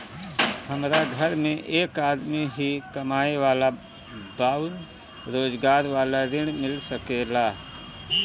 हमरा घर में एक आदमी ही कमाए वाला बाड़न रोजगार वाला ऋण मिल सके ला?